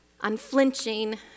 Unflinching